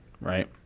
right